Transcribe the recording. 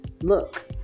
Look